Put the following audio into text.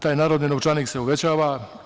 Taj narodni novčanik se uvećava.